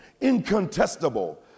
incontestable